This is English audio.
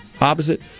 opposite